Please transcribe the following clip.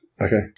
okay